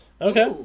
okay